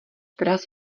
tras